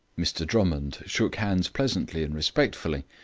mr drummond shook hands pleasantly and respectfully,